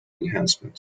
enhancement